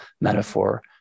metaphor